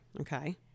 Okay